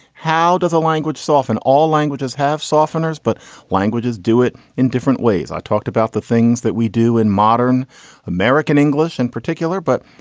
how does a language soften? all languages have softeners. but languages do it in different ways. i talked about the things that we do in modern american english in particular. but,